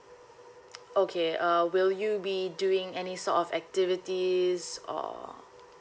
okay uh will you be doing any sort of activities or